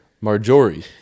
Marjorie